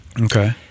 Okay